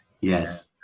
Yes